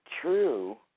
true